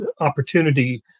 opportunity